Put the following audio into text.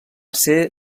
ser